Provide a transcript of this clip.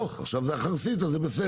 או, עכשיו זה החרסית, אז זה בסדר.